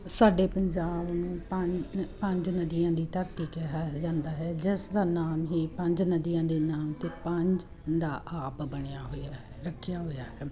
ਸਾਡੇ ਪੰਜਾਬ ਨੂੰ ਪ ਪੰਜ ਨਦੀਆਂ ਦੀ ਧਰਤੀ ਕਿਹਾ ਜਾਂਦਾ ਹੈ ਜਿਸ ਦਾ ਨਾਮ ਹੀ ਪੰਜ ਨਦੀਆਂ ਦੇ ਨਾਮ 'ਤੇ ਪੰਜ ਦਾ ਆਬ ਬਣਿਆ ਹੋਇਆ ਹੈ ਰੱਖਿਆ ਹੋਇਆ ਹੈ